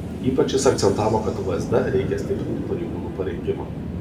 ypač jis akcentavo kad vsd reikia stiprinti pareigūnų parengimą